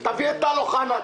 תביא את טל אוחנה,